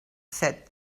said